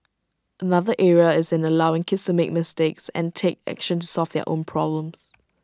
another area is in allowing kids to make mistakes and take action to solve their own problems